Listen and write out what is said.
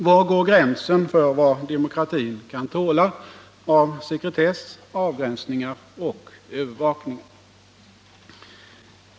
Var går gränsen för vad demokratin kan tåla av sekretess, avgränsningar och övervakning?